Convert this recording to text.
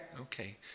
Okay